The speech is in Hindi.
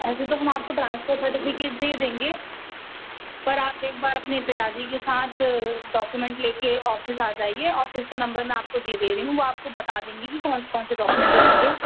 ऐसे तो हम आपको ट्रांसफर सर्टिफिकेट दे देंगे पर आप एक बार अपने पिता जी के साथ डॉक्यूमेंट ले कर ऑफिस आ जाइए ऑफिस का नंबर मैं आपको दे दे रही हूँ वो आपको बता देंगे कि कौन कौन से डॉक्यूमेंट लगेंगे